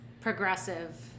Progressive